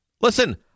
Listen